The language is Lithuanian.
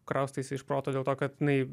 kraustaisi iš proto dėl to kad jinai